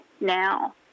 now